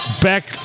back